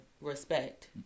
respect